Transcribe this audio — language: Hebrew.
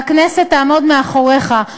והכנסת תעמוד מאחוריך.